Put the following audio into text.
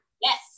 Yes